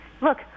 Look